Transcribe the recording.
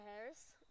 Harris